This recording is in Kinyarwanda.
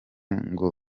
ngo